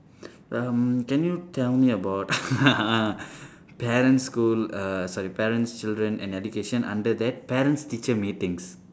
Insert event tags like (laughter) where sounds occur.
um can you tell me about (laughs) parents school uh sorry parents children and education under that parents teacher meetings